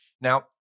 Now